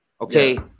okay